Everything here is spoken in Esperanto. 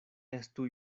estu